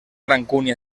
rancúnia